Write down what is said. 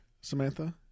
Samantha